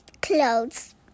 clothes